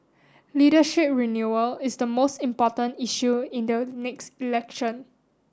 leadership renewal is the most important issue in the next election